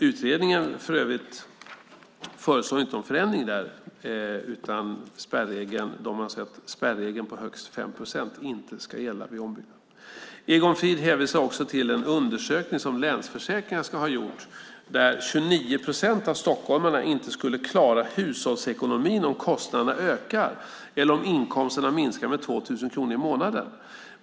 Utredningen föreslår för övrigt inte någon förändring där, utan de anser att spärregeln om en höjning med högst 5 procent inte ska gälla vid ombyggnad. Egon Frid hänvisar också till en undersökning som Länsförsäkringar ska ha gjort som visar att 29 procent av stockholmarna inte skulle klara hushållsekonomin om kostnaderna ökar eller om inkomsterna minskar med 2 000 kronor i månaden.